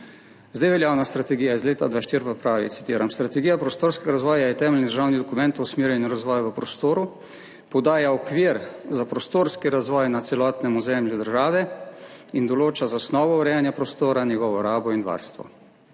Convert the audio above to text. Zdaj veljavna strategija iz leta 2004 pa pravi, citiram: »Strategija prostorskega razvoja je temeljni državni dokument o usmerjanju razvoja v prostoru. Podaja okvir za prostorski razvoj na celotnem ozemlju države in določa zasnovo urejanja prostora, njegovo rabo in varstvo.«